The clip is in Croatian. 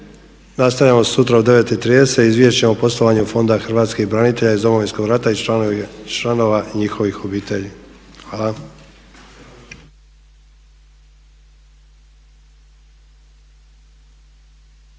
Nastavljamo sutra u 9,30 Izvješće o poslovanju Fonda Hrvatskih branitelja iz Domovinskog rata i članova njihovih obitelji. Hvala.